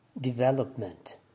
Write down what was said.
development